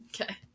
Okay